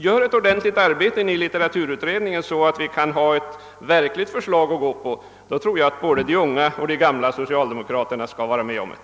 Gör ett ordentligt arbete i litteraturutredningen, så att vi får ett verkligt förslag att behandla! Jag tror att både unga och gamla socialdemokrater skall gå med på det.